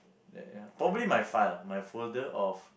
that ya probably my file my folder of